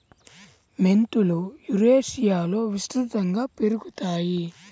మెంతులు యురేషియాలో విస్తృతంగా పెరుగుతాయి